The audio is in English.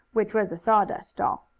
which was the sawdust doll.